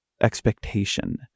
expectation